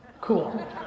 Cool